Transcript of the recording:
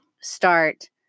start